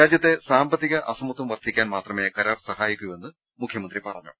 രാജ്യത്തെ സാമ്പത്തിക അസമത്വം വർദ്ധിക്കാൻ മാത്രമേ കരാർ സഹായിക്കൂവെന്ന് മുഖ്യമന്ത്രി പറഞ്ഞു